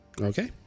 Okay